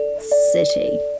city